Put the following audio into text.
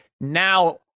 now